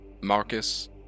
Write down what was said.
Marcus